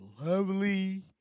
lovely